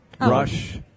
rush